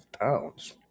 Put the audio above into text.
pounds